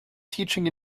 teaching